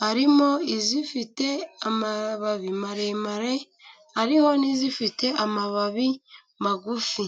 harimo izifite amababi maremare ,hariho n'izifite amababi magufi.